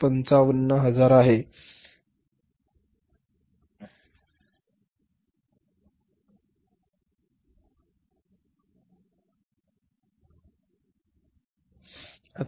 वापरलेल्या कच्च्या मालाची कॉस्ट 455000 आहे हे स्पष्ट आहे